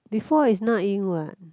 before is Na-Ying what